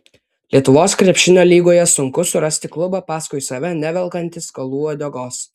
lietuvos krepšinio lygoje sunku surasti klubą paskui save nevelkantį skolų uodegos